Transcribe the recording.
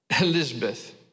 Elizabeth